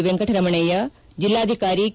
ವೆಂಕಟರಮಣಯ್ಯ ಜಿಲ್ಲಾಧಿಕಾರಿ ಕೆ